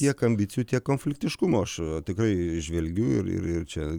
tiek ambicijų tiek konfliktiškumo aš tikrai įžvelgiu ir ir ir čia